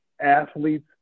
athletes